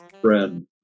friend